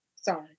Sorry